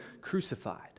crucified